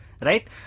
right